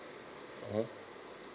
mmhmm